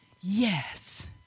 Yes